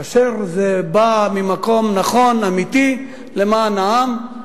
כאשר זה בא ממקום נכון, אמיתי, למען העם,